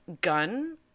gun